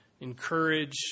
encourage